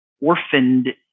orphaned